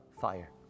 fire